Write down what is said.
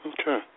Okay